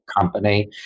company